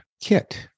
kit